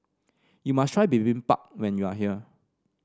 you must try Bibimbap when you are here